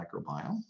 microbiome